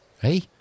Hey